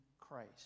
Christ